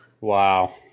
Wow